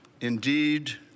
indeed